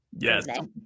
Yes